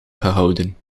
gehouden